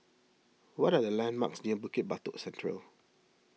what are the landmarks near Bukit Batok Central